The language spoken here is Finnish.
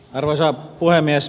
arvoisa puhemies